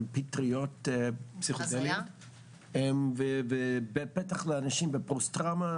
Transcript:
פטריות פסיכודליות ובטח לאנשים בפוסט טראומה,